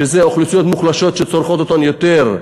שזה אוכלוסיות מוחלשות שצורכות אותם יותר,